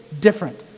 different